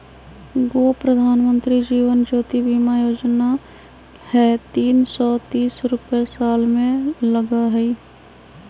गो प्रधानमंत्री जीवन ज्योति बीमा योजना है तीन सौ तीस रुपए साल में लगहई?